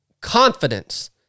confidence